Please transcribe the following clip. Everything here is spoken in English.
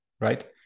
right